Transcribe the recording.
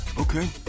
Okay